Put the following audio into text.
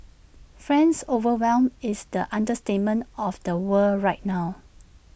friends overwhelmed is the understatement of the world right now